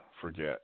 forget